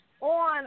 on